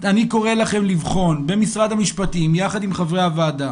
אני קורא לכם לבחון במשרד המשפטים יחד עם חברי הוועדה